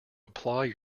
apply